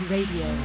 Radio